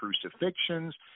crucifixions